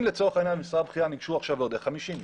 אם לצורך העניין למשרות בכירות ניגשו עכשיו 50 אשים.